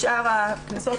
בשאר הקנסות,